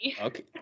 okay